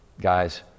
guys